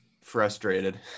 frustrated